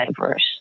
diverse